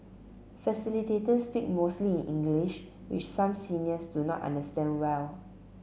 facilitators speak mostly in English which some seniors do not understand well